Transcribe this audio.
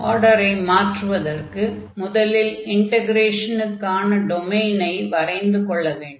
ஆகையால் ஆர்டரை மாற்றுவதற்கு முதலில் இன்டக்ரேஷனுக்கான டொமைனை வரைந்து கொள்ள வேண்டும்